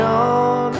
on